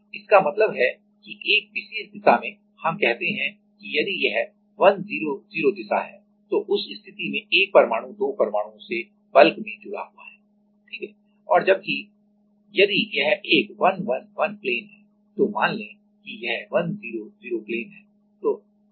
इसका मतलब है कि एक विशेष दिशा में हम कहते हैं कि यदि यह 100 दिशा है तो उस स्थिति में 1परमाणु 2 परमाणुओं से बल्क bulk में जुड़ा हुआ है ठीक है और जबकि यदि यह एक 111 प्लेन है तो मान लें कि यह 100 प्लेन है